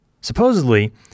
Supposedly